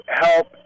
help